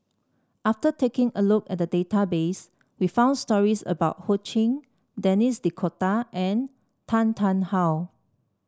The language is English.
after taking a look at the database we found stories about Ho Ching Denis D'Cotta and Tan Tarn How